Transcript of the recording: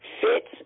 fits